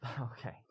Okay